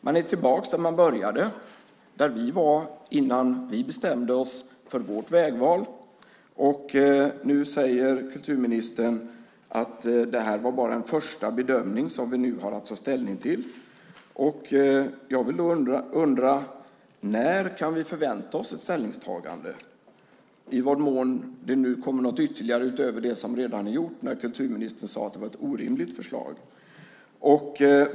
Man är tillbaka där vi var innan vi bestämde oss för vårt vägval. Nu säger kulturministern att detta bara var en första bedömning som vi nu har att ta ställning till. Jag vill då fråga när vi kan förvänta oss ett ställningstagande, i vad mån det nu kommer något ytterligare utöver det som redan är gjort, när kulturministern nu sade att det var ett orimligt förslag.